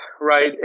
right